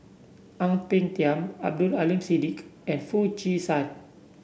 Ang Peng Tiam Abdul Aleem Siddique and Foo Chee San